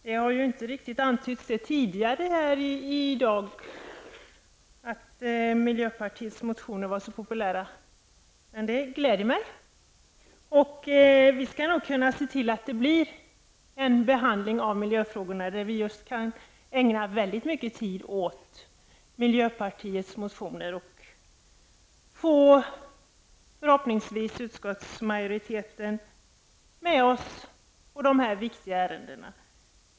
Det har inte riktigt antytts tidigare i dag att miljöpartiets motioner var så populära. Men det gläder mig. Vi skall nog se till att det blir en behandling av miljöfrågorna, där vi kan ägna mycket tid åt miljöpartiets motioner och förhoppningsvis få utskottsmajoriteten med oss i dessa viktiga ärenden.